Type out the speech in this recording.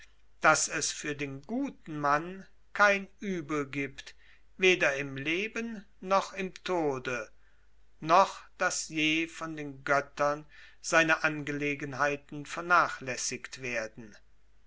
daß es für den guten mann kein übel gibt weder im leben noch im tode noch daß je von den göttern seine angelegenheiten vernachlässigt werden